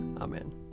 Amen